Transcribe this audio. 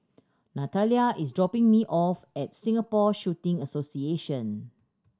Nathalia is dropping me off at Singapore Shooting Association